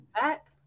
back